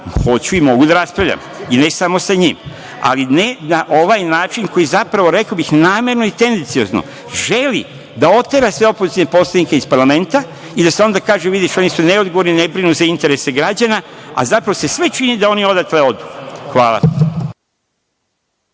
hoću i mogu da raspravljam i ne samo sa njim, ali ne na ovaj način koji zapravo, rekao bih, namerno i tendenciozno želi da otera sve opozicione poslanike iz parlamenta i da se onda kaže – vidiš, oni su neodgovorni, ne brinu za interese građana, a zapravo se sve čini da oni odatle odu. Hvala.